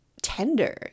tender